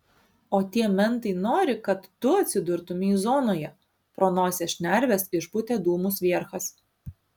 o tie mentai nori kad tu atsidurtumei zonoje pro nosies šnerves išpūtė dūmus vierchas